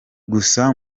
gusa